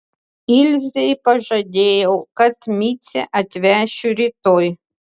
ilzei pažadėjau kad micę atvešiu rytoj